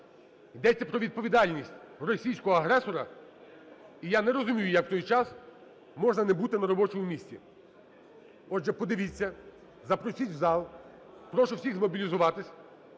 Йдеться про відповідальність російського агресора. І я не розумію, як у цей час можна не бути на робочому місці. Отже, подивіться, запросіть у зал. Прошу всіхзмобілізуватись.